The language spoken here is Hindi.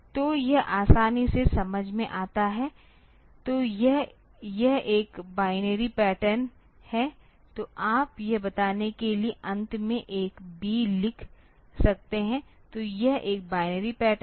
तो यह आसानी से समझ में आता है तो यह यह एक बाइनरी पैटर्न है तो आप यह बताने के लिए अंत में एक B लिख सकते हैं तो यह एक बाइनरी पैटर्न है